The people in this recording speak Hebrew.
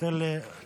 תן לי כמה משפטים.